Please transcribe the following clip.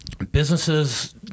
Businesses